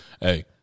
hey